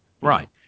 Right